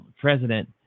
president